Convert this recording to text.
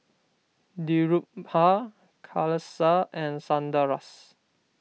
Dhirubhai Kailash and Sundaresh